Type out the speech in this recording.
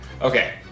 okay